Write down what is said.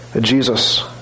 Jesus